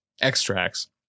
extracts